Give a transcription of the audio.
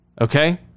Okay